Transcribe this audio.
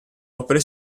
opere